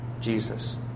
Jesus